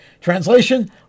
Translation